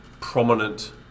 prominent